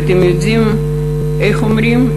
ואתם יודעים איך אומרים?